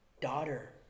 Daughter